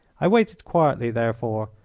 i waited quietly, therefore,